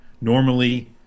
normally